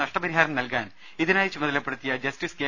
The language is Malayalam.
നഷ്ടപരിഹാരം നൽകാൻ ഇതിനായി ചുമതലപ്പെടുത്തിയ ജസ്റ്റിസ് കെ